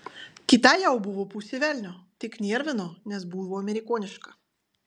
kita jau buvo pusė velnio tik nervino nes buvo amerikoniška